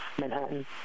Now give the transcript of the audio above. Manhattan